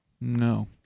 no